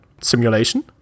simulation